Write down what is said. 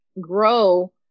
grow